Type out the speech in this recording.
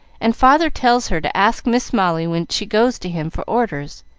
and father tells her to ask miss molly when she goes to him for orders.